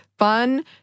Fun